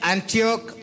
Antioch